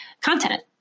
content